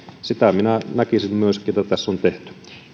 sitä minä näkisin myöskin että tässä on tehty